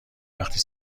وقتی